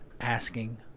asking